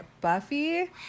Buffy